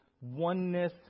oneness